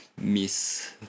miss